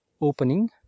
opening